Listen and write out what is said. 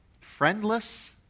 Friendless